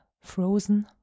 frozen